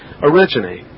Originate